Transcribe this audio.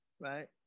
right